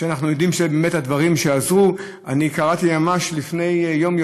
אנחנו יודעים שבאמת הדברים עזרו: קראתי ממש לפני יום,